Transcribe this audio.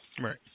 Right